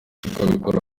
ukabikora